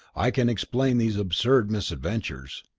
i can explain these absurd misadventures.